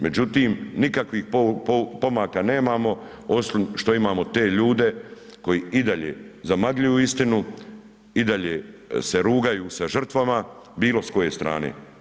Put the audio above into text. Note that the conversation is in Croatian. Međutim, nikakvih pomaka nemamo, osim što imamo te ljude koji i dalje zamagljuju istinu, i dalje se rugaju sa žrtvama bilo s koje strane.